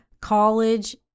college